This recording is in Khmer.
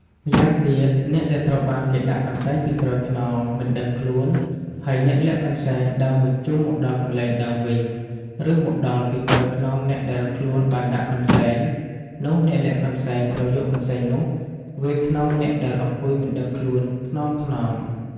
ម្យ៉ាងទៀត អ្នកដែលត្រូវបានគេដាក់កន្សែងពីក្រោយខ្នង មិនដឹងខ្លួន ហើយអ្នកលាក់កន្សែងដើរមួយជុំមកដល់កន្លែងដើមវិញ ឬមកដល់ពីក្រោយខ្នងអ្នកដែលខ្លួនបានដាក់កន្សែង នោះអ្នកលាក់កន្សែងត្រូវយកកន្សែងនោះ វាយខ្នងអ្នកដែលអង្គុយមិនដឹងខ្លួន ថ្នមៗ។